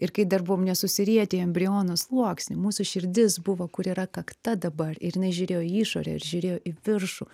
ir kai dar buvom nesusirietę į embriono sluoksnį mūsų širdis buvo kur yra kakta dabar ir jinai žiūrėjo į išorę ir žiūrėjo į viršų